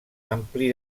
ampli